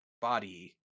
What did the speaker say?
body